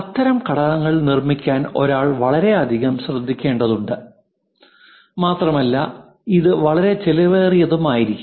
അത്തരം ഘടകങ്ങൾ നിർമ്മിക്കാൻ ഒരാൾ വളരെയധികം ശ്രദ്ധിക്കുന്നുണ്ട് മാത്രമല്ല ഇത് വളരെ ചെലവേറിയതായിരിക്കും